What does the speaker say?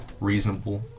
reasonable